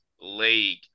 league